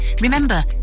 Remember